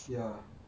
ya